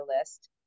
list